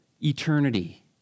eternity